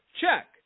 Check